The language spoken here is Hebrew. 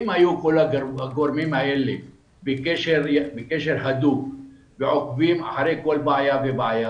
כאשר כל הגורמים האלה בקשר הדוק ועוקבים אחרי כל בעיה ובעיה.